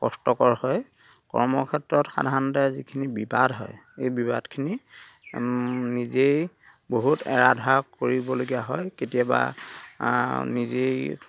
কষ্টকৰ হয় কৰ্মক্ষেত্ৰত সাধাৰণতে যিখিনি বিবাদ হয় এই বিবাদখিনি নিজেই বহুত এৰা ধৰা কৰিবলগীয়া হয় কেতিয়াবা নিজেই